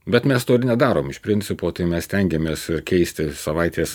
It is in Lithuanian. bet mes to ir nedarom iš principo tai mes stengiamės keisti savaitės